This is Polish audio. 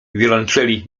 wiolonczeli